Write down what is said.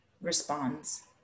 responds